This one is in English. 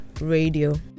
Radio